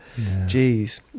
Jeez